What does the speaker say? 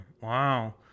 Wow